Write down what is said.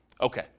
Okay